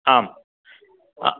आम्